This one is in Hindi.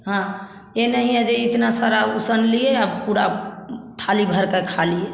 हाँ ये नहीं है जी इतना सारा वो सान लिए और पूरा थाली भरकर खा लिए